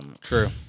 True